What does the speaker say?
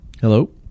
hello